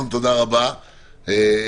אדוני.